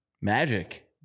magic